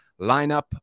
lineup